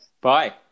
Bye